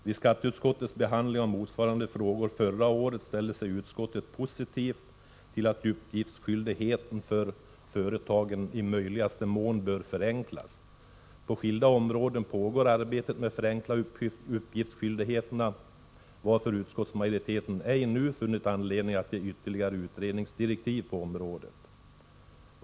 Vid skatteutskottets behandling av motsvarande frågor förra året ställde sig utskottet positivt till att uppgiftsskyldigheten för företagen i möjligaste mån bör förenklas. På skilda områden pågår arbetet med att förenkla uppgiftsskyldigheten, varför utskottsmajoriteten ej nu funnit anledning att ge ytterligare utredningsdirektiv på området.